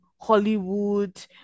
Hollywood